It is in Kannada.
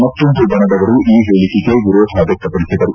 ಮತ್ತೊಂದು ಬಣದವರು ಈ ಹೇಳಿಕೆಗೆ ವಿರೋಧ ವ್ಯಕ್ಷಪಡಿಸಿದರು